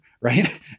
Right